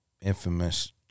infamous